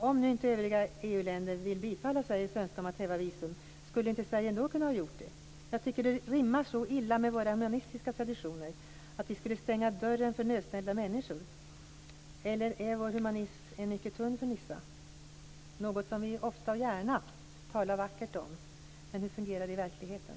Om nu inte övriga EU-länder vill bifalla Sveriges önskan att upphäva visumtvånget, skulle inte Sverige ha kunnat göra det ändå? Jag tycker att det rimmar så illa med våra humanistiska traditioner att vi skulle stänga dörren för nödställda människor. Eller är vår humanism en mycket tunn fernissa? Det är något som vi ofta och gärna talar vackert om, men hur fungerar det i verkligheten?